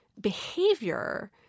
behavior